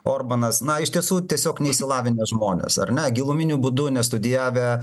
orbanas na iš tiesų tiesiog neišsilavinę žmonės ar ne giluminiu būdu nestudijavę